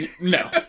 no